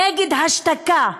נגד השתקה,